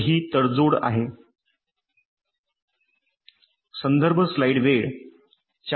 तर ही तडजोड आहे